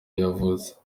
yavutse